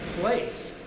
place